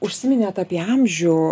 užsiminėt apie amžių